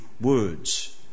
words